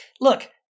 Look